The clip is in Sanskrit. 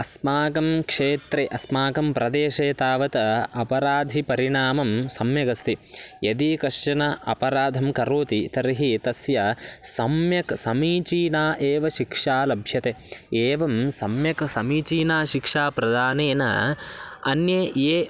अस्माकं क्षेत्रे अस्माकं प्रदेशे तावत् अपराधिपरिणामं सम्यगस्ति यदि कश्चन अपराधं करोति तर्हि तस्य सम्यक् समीचीना एव शिक्षा लभ्यते एवं सम्यक् समीचीना शिक्षाप्रदानेन अन्ये ये